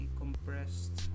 compressed